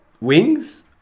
Wings